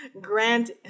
Grant